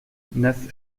neuf